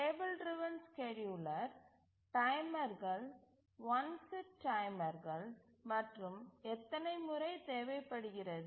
table driven scheduler டைமர்கள் one set டைமர்கள் மற்றும் எத்தனை முறை தேவைப்படுகிறது